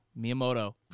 Miyamoto